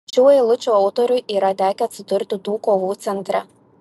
šių eilučių autoriui yra tekę atsidurti tų kovų centre